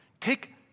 Take